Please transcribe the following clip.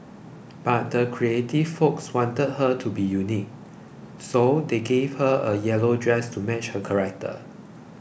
but the creative folks wanted her to be unique so they gave her a yellow dress to match her character